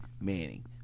Manning